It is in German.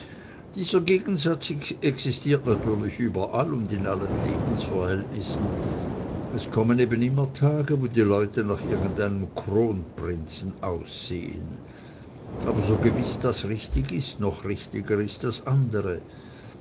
dieser gegensatz existiert natürlich überall und in allen lebensverhältnissen es kommen eben immer tage wo die leute nach irgendeinem kronprinzen aussehn aber so gewiß das richtig ist noch richtiger ist das andre